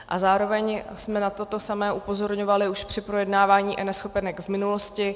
A zároveň jsme na toto samé upozorňovali už při projednávání eNeschopenek v minulosti.